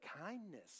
kindness